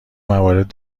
موارد